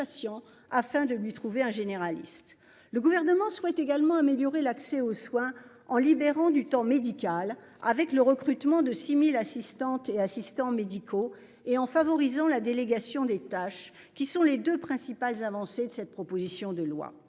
Le gouvernement souhaite également améliorer l'accès aux soins en libérant du temps médical avec le recrutement de 6000 assistantes et assistants médicaux et en favorisant la délégation des tâches qui sont les deux principales avancées de cette proposition de loi